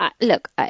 Look